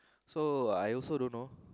so I also don't know